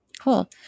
Cool